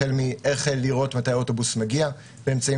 החל מאיך לראות מתי אוטובוס מגיע באמצעים